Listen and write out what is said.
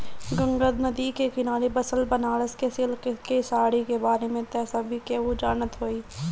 गंगा नदी के किनारे बसल बनारस के सिल्क के साड़ी के बारे में त सभे केहू जानत होई